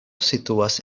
situas